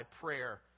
prayer